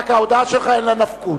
רק ההודעה שלך אין לה נפקות.